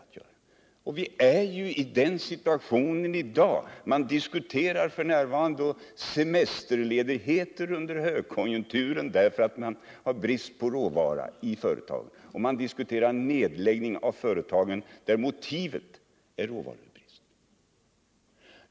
Och i dag är vi ju i den situationen. Man diskuterar f. n. semesterledighet under högkonjunktur på grund av att det är brist på råvara i företagen. Man diskuterar nedläggning av företag med motivet att det råder råvarubrist.